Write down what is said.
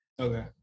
okay